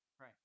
Right